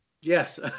Yes